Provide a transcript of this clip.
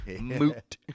Moot